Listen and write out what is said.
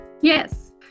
Yes